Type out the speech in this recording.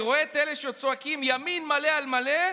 אני רואה את אלה שצועקים: ימין מלא על מלא,